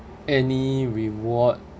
any reward